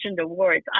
awards